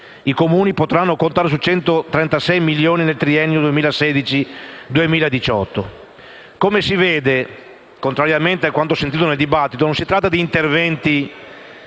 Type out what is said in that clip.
con l'articolo 9-*ter*, su 136 milioni nel triennio 2016-2018. Come si vede, contrariamente a quanto ascoltato nel dibattito, non si tratta di interventi